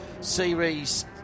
series